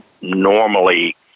normally